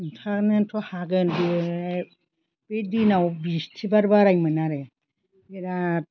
खोन्थानोथ' हागोन बे दिनाव बिष्तिबार बारायमोन आरो बेराद